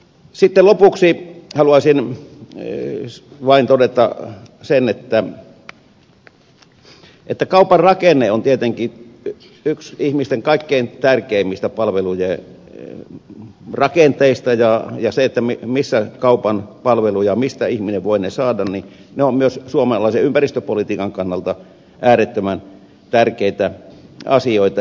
sitten lopuksi haluaisin vain todeta sen että kaupan rakenne on tietenkin yksi ihmisten kaikkein tärkeimmistä palvelujen rakenteista ja se missä kaupan palveluja on mistä ihminen voi ne saada on myös suomalaisen ympäristöpolitiikan kannalta äärettömän tärkeä asia